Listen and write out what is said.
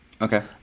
okay